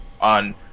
on